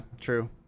true